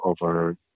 over